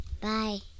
Bye